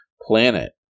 planet